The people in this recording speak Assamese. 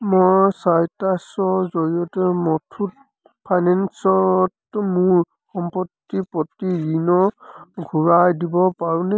মই চাইট্ৰাছৰ জৰিয়তে মুথুত ফাইনেন্সত মোৰ সম্পত্তিৰ প্ৰতি ঋণ ঘূৰাই দিব পাৰোঁনে